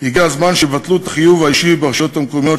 הגיע הזמן שיבטלו את החיוב האישי ברשויות המקומיות,